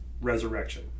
resurrection